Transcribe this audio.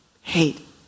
hate